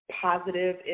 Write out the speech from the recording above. positive